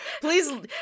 Please